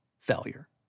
Failure